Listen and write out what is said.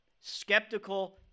Skeptical